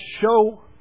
show